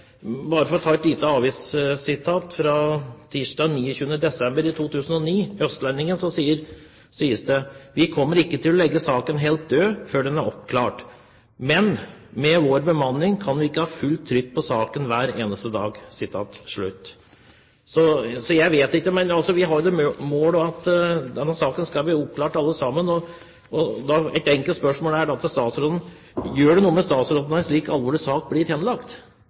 bare for å ta et lite avissitat fra Østlendingen tirsdag 29. desember 2009, der det sies: «Vi kommer ikke til å legge saken helt død før den er oppklart. Men med vår bemanning kan vi ikke ha fullt trykk på saken hver eneste dag.» Så jeg vet ikke – men vi har som mål alle sammen at denne saken skal bli oppklart. Et enkelt spørsmål til statsråden er da: Gjør det noe med statsråden når en slik alvorlig sak blir